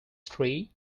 three